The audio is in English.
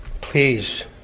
Please